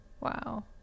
Wow